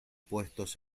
puestos